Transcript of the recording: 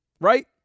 right